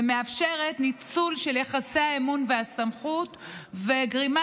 ומאפשרת ניצול של יחסי האמון והסמכות הגורמת